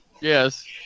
Yes